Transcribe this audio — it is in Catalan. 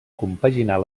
compaginar